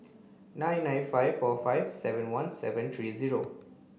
nine nine five four five seven one seven three zero